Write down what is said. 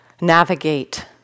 navigate